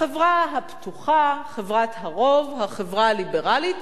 החברה הפתוחה, חברת הרוב, החברה הליברלית,